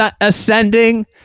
ascending